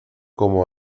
como